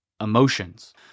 emotions